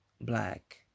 black